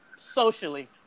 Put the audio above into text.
Socially